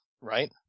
right